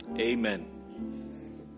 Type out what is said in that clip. Amen